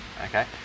Okay